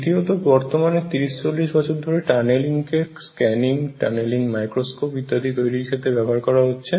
দ্বিতীয়তঃ বর্তমানে ত্রিশ চল্লিশ বছর ধরে টানেলিং কে স্ক্যানিং টানেলিং মাইক্রোস্কোপ ইত্যাদি তৈরীর ক্ষেত্রে ব্যবহার করা হচ্ছে